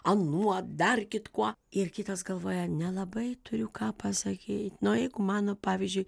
anuo dar kitkuo ir kitas galvoja nelabai turiu ką pasakyt nu jeigu mano pavyzdžiui